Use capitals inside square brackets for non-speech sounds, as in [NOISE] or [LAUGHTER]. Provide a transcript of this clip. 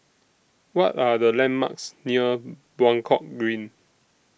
What Are The landmarks near [HESITATION] Buangkok Green